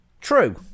True